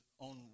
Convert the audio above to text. own